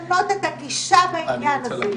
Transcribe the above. חייבים לשנות את הגישה בעניין הזה.